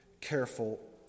careful